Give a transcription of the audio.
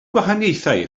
gwahaniaethau